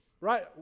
right